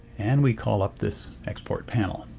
and we call up this export panel.